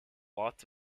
lots